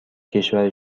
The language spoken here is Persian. کشور